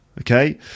Okay